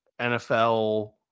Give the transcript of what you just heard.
NFL